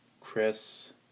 Chris